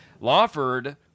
Lawford